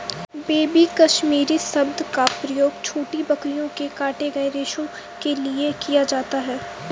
baby Kashmiri शब्द का प्रयोग छोटी बकरियों के काटे गए रेशो के लिए किया जाता है